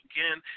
Again